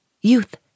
Youth